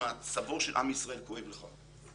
שמצבו של עם ישראל כואב לך.